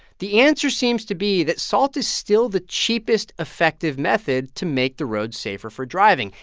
the answer seems to be that salt is still the cheapest effective method to make the roads safer for driving,